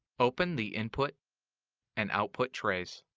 open the input and output trays.